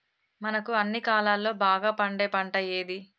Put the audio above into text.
మనకు అన్ని కాలాల్లో బాగా పండే పంట ఏది?